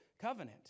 Covenant